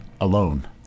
alone